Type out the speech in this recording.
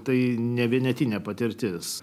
tai ne vienetinė patirtis